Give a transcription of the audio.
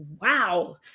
wow